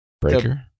Breaker